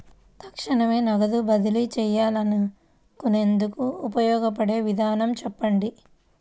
తక్షణమే నగదు బదిలీ చేసుకునేందుకు ఉపయోగపడే విధానము చెప్పండి?